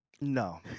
No